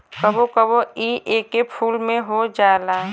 कबो कबो इ एके फूल में हो जाला